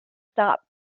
stop